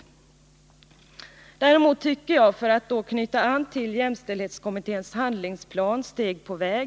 Däremot tycker jag, för att knyta an till jämställdhetskommitténs handlingsplan Steg på väg .